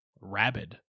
rabid